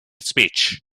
speech